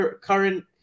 current